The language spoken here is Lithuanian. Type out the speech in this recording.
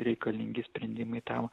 reikalingi sprendimai tam